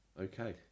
okay